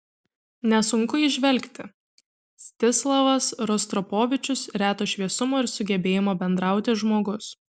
nesunku įžvelgti mstislavas rostropovičius reto šviesumo ir sugebėjimo bendrauti žmogus